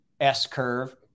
S-curve